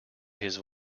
his